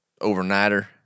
overnighter